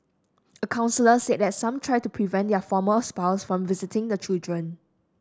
a counsellor said some try to prevent their former spouse from visiting the children